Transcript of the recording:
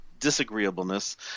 disagreeableness